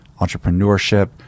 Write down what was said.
entrepreneurship